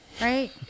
right